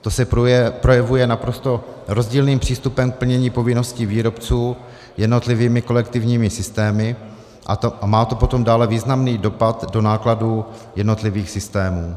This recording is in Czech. To se projevuje naprosto rozdílným přístupem k plnění povinností výrobců jednotlivými kolektivními systémy a má to potom dále významný dopad do nákladů jednotlivých systémů.